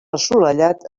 assolellat